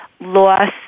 loss